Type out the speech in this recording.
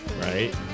Right